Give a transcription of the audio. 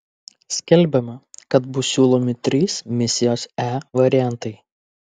skelbiama kad bus siūlomi trys misijos e variantai